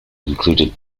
included